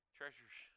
treasures